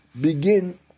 begin